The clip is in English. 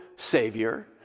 Savior